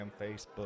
Facebook